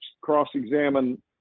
cross-examine